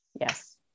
Yes